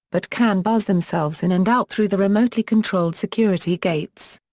but can buzz themselves in and out through the remotely controlled security gates.